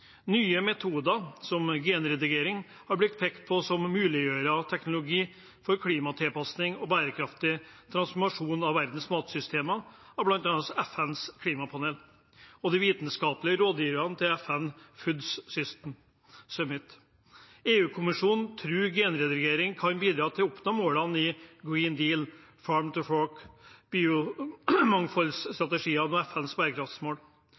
Nye metoder som genredigering er blitt pekt på som muliggjørere av teknologi for klimatilpassing og bærekraftig transformasjon av verdens matsystemer, bl.a. av FNs klimapanel og de vitenskapelige rådgiverne til FNs Food Systems Summit. EU-kommisjonen tror genredigering kan bidra til å oppnå målene i Green Deal Farm to Fork, biomangfoldsstrategiene og FNs bærekraftsmål,